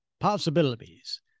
possibilities